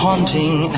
Haunting